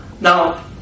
Now